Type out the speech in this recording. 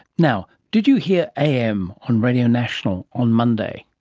now, did you hear am on radio national on monday?